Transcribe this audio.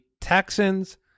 Texans